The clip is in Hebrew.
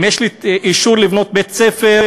אם יש לי אישור לבנות בית-ספר,